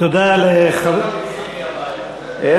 תודה לחבר, אבל, מכסות הביצים היא הבעיה, איך?